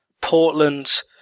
Portland